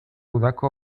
udako